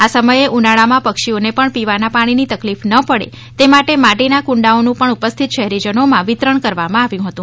આ સમયે ઉનાળામાં પક્ષીઓને પણ પીવાના પાણીની તકલીફ ન પડે તે માટે માટીના કુંડાઓનું પણ ઉપસ્થિત શહેરીજનોમાં વિતરણ કરવામાં આવ્યું હતું